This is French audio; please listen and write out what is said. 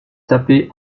taper